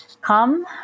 come